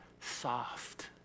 soft